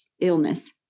illness